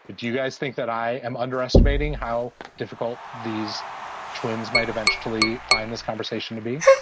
do you guys think that i am underestimating how difficult these twins might eventually find this conversation to be?